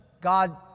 God